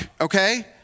okay